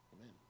Amen